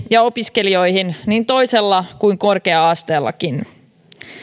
ja opiskelijoihin niin toisella kuin korkea asteellakin